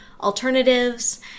alternatives